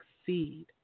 succeed